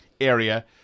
area